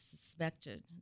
suspected